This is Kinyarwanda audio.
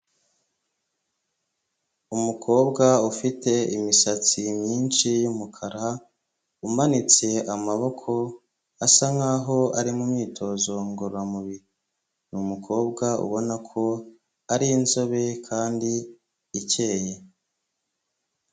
Umukobwa ufite imisatsi myinshi y'umukara umanitse amaboko asa nkaho ari mu myitozo ngororamubiri ni umukobwa ubona ko ari inzobe kandi ikeye.